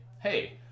hey